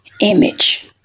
image